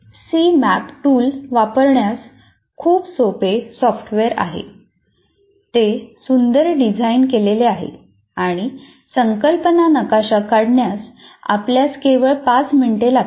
C map tool वापरण्यास खूप सोपे सॉफ्टवेअर आहे ते सुंदर डिझाइन केलेले आहे आणि संकल्पना नकाशा काढण्यास आपल्यास केवळ 5 मिनिटे लागतात